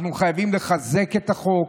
אנחנו חייבים לחזק את החוק.